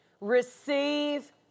receive